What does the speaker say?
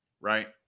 right